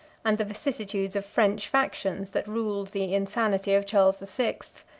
and the vicissitudes of french factions, that ruled the insanity of charles the sixth.